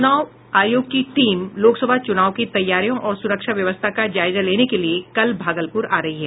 चुनाव आयोग की टीम लोकसभा चुनाव की तैयारियों और सुरक्षा व्यवस्था का जायजा लेने के लिए कल भागलपुर आ रही है